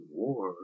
war